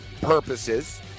purposes